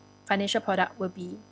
financial product will be